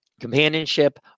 Companionship